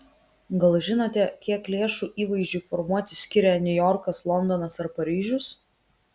gal žinote kiek lėšų įvaizdžiui formuoti skiria niujorkas londonas ar paryžius